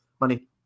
money